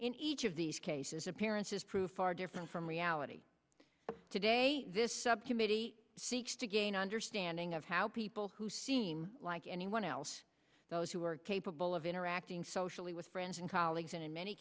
in each of these cases appearances proved far different from reality today this subcommittee seeks to gain understanding of how people who seem like anyone else those who are capable of interacting socially with friends and colleagues and in many